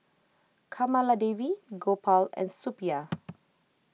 Kamaladevi Gopal and Suppiah